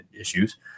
issues